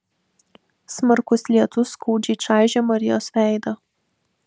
smarkus lietus skaudžiai čaižė marijos veidą